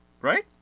right